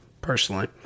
personally